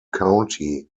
county